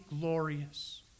glorious